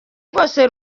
rwose